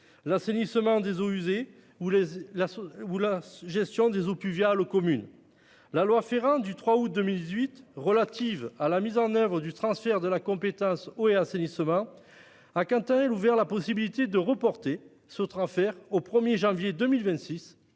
l'assainissement des eaux usées ou à la gestion des eaux pluviales. La loi du 3 août 2018 relative à la mise en oeuvre du transfert des compétences eau et assainissement, dite Ferrand, a quant à elle ouvert la possibilité de reporter ce transfert au 1 janvier 2026